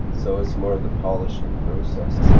so it's more the polishing process.